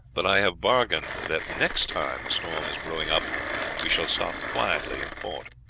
but i have bargained that next time a storm is brewing up we shall stop quietly in port.